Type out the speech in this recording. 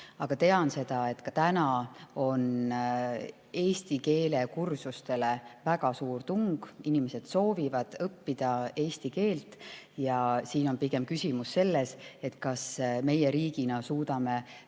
ma tean seda, et ka praegu on eesti keele kursustele väga suur tung. Inimesed soovivad õppida eesti keelt ja siin on pigem küsimus selles, kas meie riigina suudame